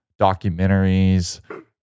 documentaries